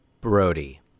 Brody